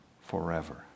forever